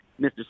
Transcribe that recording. Mr